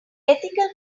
ethical